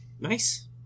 nice